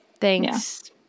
Thanks